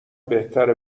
بهتره